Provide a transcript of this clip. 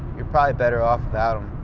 you're probably better off without him.